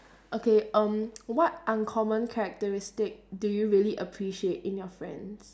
okay um what uncommon characteristic do you really appreciate in your friends